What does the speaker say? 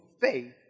faith